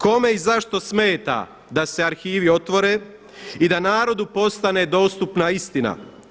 Kome i zašto smeta da se arhivi otvore i da narodu postane dostupna istina.